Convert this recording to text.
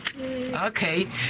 Okay